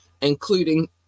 including